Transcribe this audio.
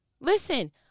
listen